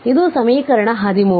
ಇದು ಸಮೀಕರಣ 13